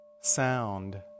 sound